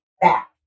back